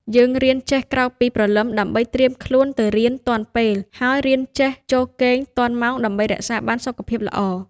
យើងរៀនចេះក្រោកពីព្រលឹមដើម្បីត្រៀមខ្លួនទៅរៀនទាន់ពេល ហើយរៀនចេះចូលគេងទាន់ម៉ោងដើម្បីរក្សាបានសុខភាពល្អ។